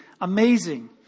Amazing